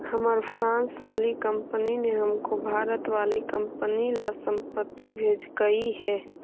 हमार फ्रांस वाली कंपनी ने हमको भारत वाली कंपनी ला संपत्ति भेजकई हे